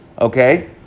Okay